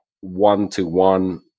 one-to-one